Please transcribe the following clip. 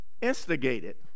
Instigated